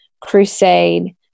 Crusade